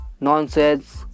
nonsense